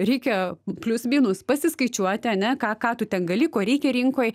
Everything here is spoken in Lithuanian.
reikia plius minus pasiskaičiuoti ane ką ką tu ten gali ko reikia rinkoj